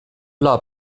bla